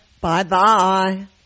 bye-bye